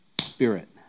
Spirit